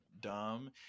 dumb